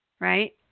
right